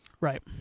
Right